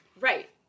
Right